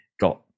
got